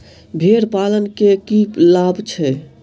भेड़ पालन केँ की लाभ छै?